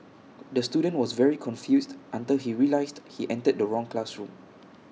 the student was very confused until he realised he entered the wrong classroom